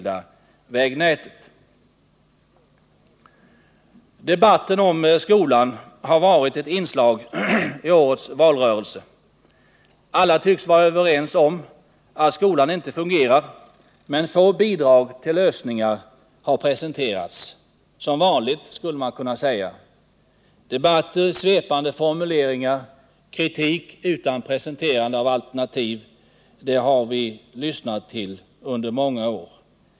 Debatten om skolan har varit ett inslag i årets valrörelse. Alla tycks vara överens om att skolan inte fungerar, men få bidrag till lösningar har presenterats — som vanligt, skulle man kunna säga. Debatter, svepande formuleringar och kritik utan presenterande av alternativ har vi lyssnat till under många år.